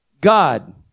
God